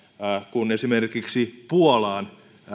kun esimerkiksi puolaan